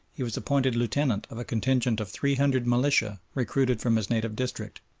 he was appointed lieutenant of a contingent of three hundred militia recruited from his native district.